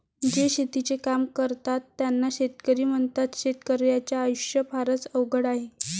जे शेतीचे काम करतात त्यांना शेतकरी म्हणतात, शेतकर्याच्या आयुष्य फारच अवघड आहे